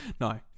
No